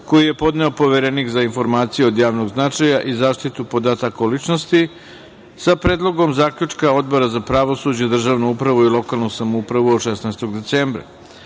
koji je podneo Poverenik za informacije od javnog značaja i zaštitu podataka o ličnosti sa Predlogom zaključka Odbora za pravosuđe, državnu upravu i lokalnu samoupravu od 16. decembra